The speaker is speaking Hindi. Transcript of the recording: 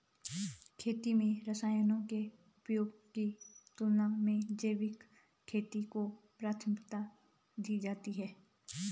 खेती में रसायनों के उपयोग की तुलना में जैविक खेती को प्राथमिकता दी जाती है